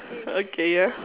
okay ya